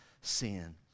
sin